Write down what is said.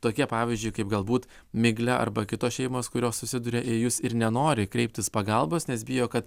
tokie pavyzdžiui kaip galbūt miglė arba kitos šeimos kurios susiduria ir jūs ir nenori kreiptis pagalbos nes bijo kad